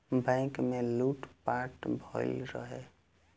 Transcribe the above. bank में लूट पाट भईल रहे